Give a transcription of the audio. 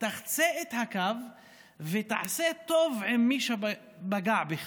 תחצה את הקו ותעשה טוב עם מי שפגע בך.